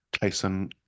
Tyson